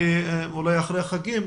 אולי אחרי החגים,